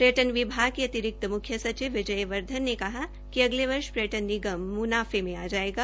पर्यटन विभाग के अतिरिक्त मुख्य सचिव विजय वर्धन ने कहा कि अगले वर्ष पर्यटन निगम म्नाफे में आ जायेगा